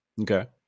okay